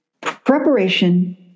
preparation